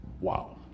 Wow